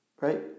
right